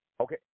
Okay